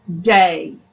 day